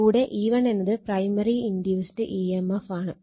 കൂടെ E1 എന്നത് primary induced E M F ആണ്